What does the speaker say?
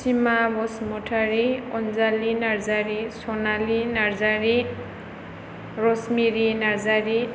Seema Basumatary Anjali Narzary Sonali Narzary Rosemary Narzary